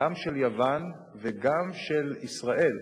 גם של יוון וגם של ישראל,